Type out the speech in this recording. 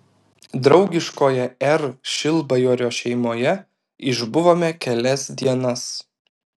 draugiškoje r šilbajorio šeimoje išbuvome kelias dienas